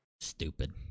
Stupid